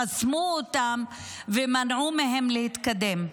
חסמו אותם ומנעו מהם להתקדם.